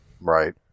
Right